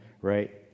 right